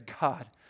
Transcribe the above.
God